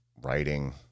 writing